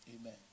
Amen